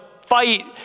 fight